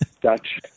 Dutch